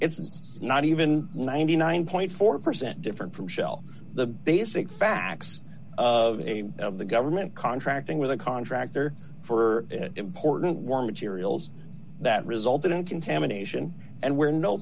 it's not even ninety nine four percent different from shell the basic facts of a of the government contracting with a contractor for important war materials that resulted in contamination and where no